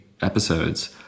episodes